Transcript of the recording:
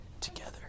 together